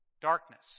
darkness